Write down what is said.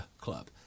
club